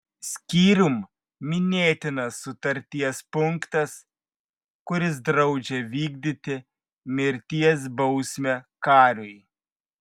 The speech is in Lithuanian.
skyrium minėtinas sutarties punktas kuris draudžia vykdyti mirties bausmę kariui